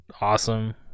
awesome